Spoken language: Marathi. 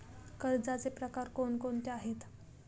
कर्जाचे प्रकार कोणकोणते आहेत?